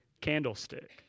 candlestick